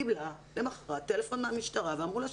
קיבלה למחרת טלפון מהמשטרה ואמרו לה,